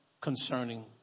Concerning